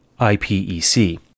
IPEC